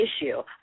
issue